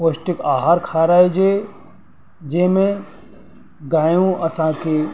पौष्टिक आहार खाराइजे जंहिं में गांयूं असांखे